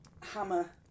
hammer